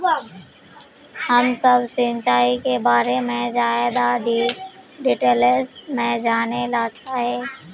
हम सब सिंचाई के बारे में ज्यादा डिटेल्स में जाने ला चाहे?